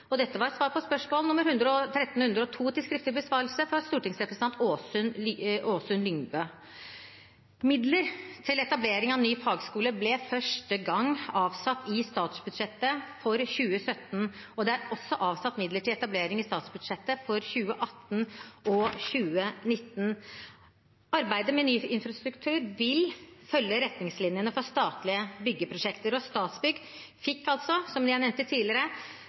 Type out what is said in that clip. svar på spørsmål nummer 1302 til skriftlig besvarelse, fra stortingsrepresentant Åsunn Lyngedal. Midler til etablering av ny fagskole ble første gang avsatt i statsbudsjettet for 2017, og det ble også avsatt midler til etablering i statsbudsjettene for 2018 og 2019. Arbeidet med ny infrastruktur vil følge retningslinjene for statlige byggeprosjekter, og Statsbygg fikk, som jeg nevnte tidligere,